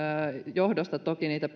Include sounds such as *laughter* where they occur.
johdosta niitä *unintelligible*